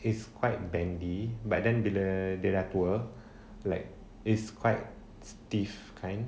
it's quite bendy but then bila dia dah tua like it's quite stiff kind